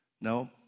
No